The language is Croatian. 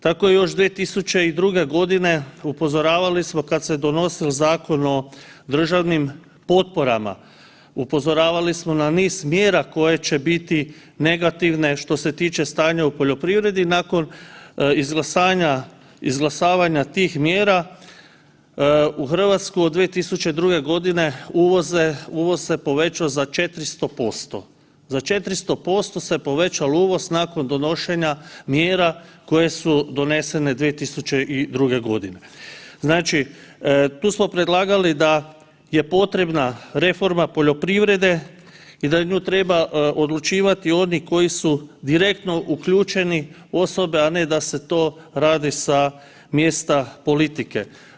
Tako je još 2002. godine upozoravali smo kada se donosio Zakon o državnim potporama, upozoravali smo na niz mjera koje će biti negativne što se tiče stanja u poljoprivredi nakon izglasavanja tih mjera u Hrvatsku od 2002. godine uvoz se povećao za 400%, za 400% se povećao uvoz nakon donošenja mjera koje su donesene 2002. g. Znači tu smo predlagali da je potrebna reforma poljoprivrede i da nju treba odlučivati oni koji su direktno uključeni osobe, a ne da se to radi sa mjesta politike.